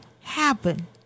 happen